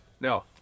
No